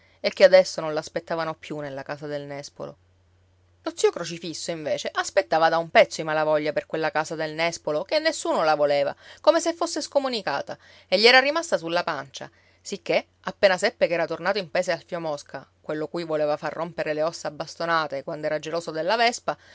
e che adesso non l'aspettavano più nella casa del nespolo lo zio crocifisso invece aspettava da un pezzo i malavoglia per quella casa del nespolo che nessuno la voleva come se fosse scomunicata e gli era rimasta sulla pancia sicché appena seppe che era tornato in paese alfio mosca quello cui voleva far rompere le ossa a bastonate quand'era geloso della vespa